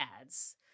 ads